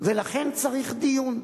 לכן צריך דיון.